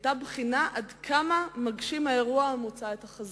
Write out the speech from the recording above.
היתה בחינה עד כמה מגשים האירוע המוצע את החזון.